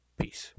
peace